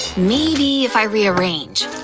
maybe if i rearrange.